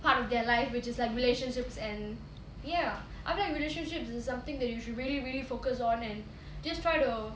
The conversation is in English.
part of their life which is like relationships and ya I feel like relationships is something that you should really really focus on and just try to